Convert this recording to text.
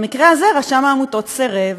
במקרה הזה רשם העמותות סירב,